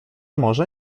może